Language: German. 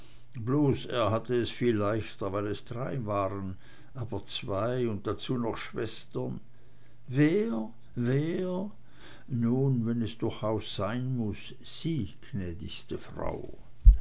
bloß er hatte es viel leichter weil es drei waren aber zwei und noch dazu schwestern wer wer nun wenn es denn durchaus sein muß sie gnädigste frau